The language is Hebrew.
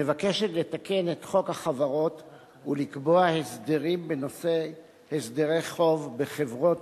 מבקשת לתקן את חוק החברות ולקבוע הסדרים בנושא הסדרי חוב בחברות